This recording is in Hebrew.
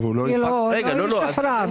אם פג התוקף